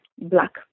black